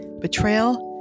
betrayal